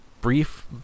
brief